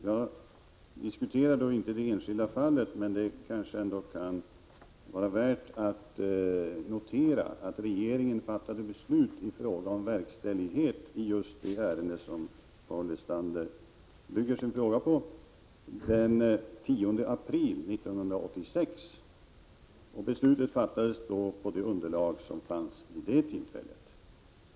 Jag diskuterar inte det enskilda fallet, men det kan ändå vara värt att notera att regeringen fattade beslut i fråga om verkställighet i just det ärende som Paul Lestander bygger sin fråga på den 10 april 1986. Beslutet fattades på det underlag som fanns vid det tillfället.